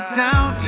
down